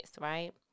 right